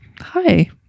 Hi